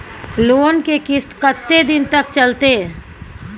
Loan के किस्त कत्ते दिन तक चलते?